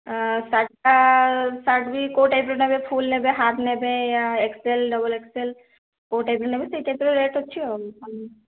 ଆଁ ଶାର୍ଟ୍ଟା ଶାର୍ଟ୍ ବି କେଉଁ ଟାଇପ୍ର ନେବେ ଫୁଲ୍ ନେବେ ହାଫ୍ ନେବେ ୟା X L double X L କେଉଁ ଟାଇପ୍ର ନେବେ ସେଇ ଟାଇପ୍ର ରେଟ୍ ଅଛି ଆଉ